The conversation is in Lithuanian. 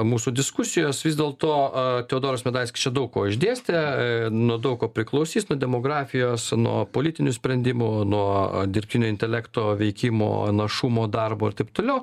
mūsų diskusijos vis dėlto a teodoras medaiskis čia daug ko išdėstė nu daug ko priklausys nuo demografijos nuo politinių sprendimų nuo dirbtinio intelekto veikimo našumo darbo ir taip toliau